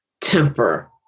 temper